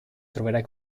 troverai